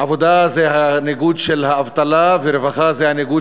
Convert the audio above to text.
עבודה זה הניגוד של האבטלה ורווחה זה הניגוד